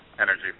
Energy